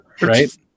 right